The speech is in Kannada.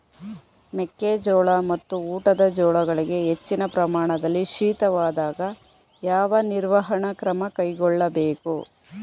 ಮೆಕ್ಕೆ ಜೋಳ ಮತ್ತು ಊಟದ ಜೋಳಗಳಿಗೆ ಹೆಚ್ಚಿನ ಪ್ರಮಾಣದಲ್ಲಿ ಶೀತವಾದಾಗ, ಯಾವ ನಿರ್ವಹಣಾ ಕ್ರಮ ಕೈಗೊಳ್ಳಬೇಕು?